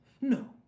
No